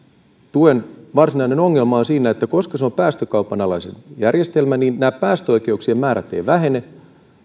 tuen varsinainen ongelma on siinä että koska se on päästökaupan alainen järjestelmä nämä päästöoikeuksien määrät eivät vähene